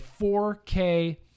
4K